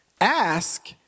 Ask